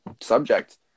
subject